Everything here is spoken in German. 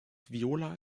viola